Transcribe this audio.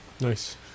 Nice